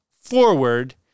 forward